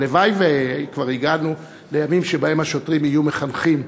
הלוואי שכבר הגענו לימים שבהם השוטרים יהיו מחנכים,